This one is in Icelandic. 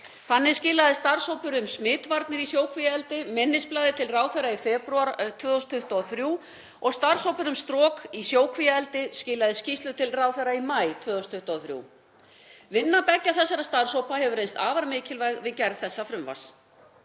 Þannig skilaði starfshópur um smitvarnir í sjókvíaeldi minnisblaði til ráðherra í febrúar 2023 og starfshópur um strok í sjókvíaeldi skilaði skýrslu til ráðherra í maí 2023. Vinna beggja þessara starfshópa hefur reynst vera afar mikilvæg við gerð þessa frumvarps.